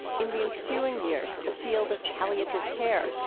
in the ensuing years, the field of palliative care,